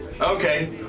Okay